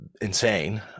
insane